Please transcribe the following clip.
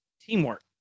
teamwork